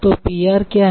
तो Pr क्या है